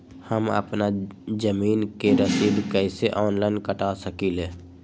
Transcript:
हम अपना जमीन के रसीद कईसे ऑनलाइन कटा सकिले?